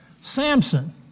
Samson